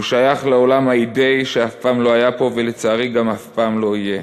הוא שייך לעולם האידיאי שאף פעם לא היה פה ולצערי גם אף פעם לא יהיה.